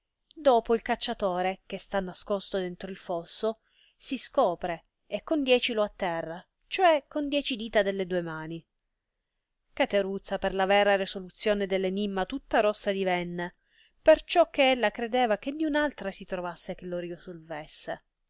dopo il cacciatore che sta nascosto dentro il fosso si scopre e con dieci lo atterra cioè con dieci dita delle due mani cateruzza per la vera resoluzione dell enimma tutta rossa divenne perciò che ella credeva che niun altra si trovasse che